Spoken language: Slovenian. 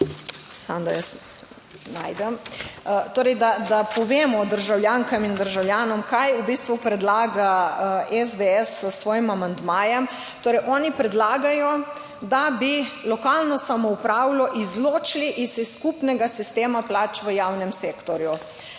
da se norčuje? Torej, da povemo državljankam in državljanom kaj v bistvu predlaga SDS s svojim amandmajem. Torej, oni predlagajo, da bi lokalno samoupravo izločili iz skupnega sistema plač v javnem sektorju.